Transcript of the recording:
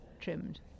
trimmed